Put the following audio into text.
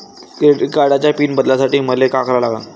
Credit कार्डाचा PIN बदलासाठी मले का करा लागन?